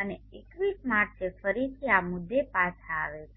અને 21 માર્ચે ફરીથી આ મુદ્દે પાછા આવે છે